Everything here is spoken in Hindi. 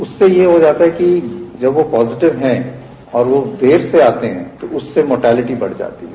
उससे ये हो जाता है कि जब वो पॉजिटिव हैं और देर से आते हैं तो उससे मोर्टेलिटी बढ़ जाती है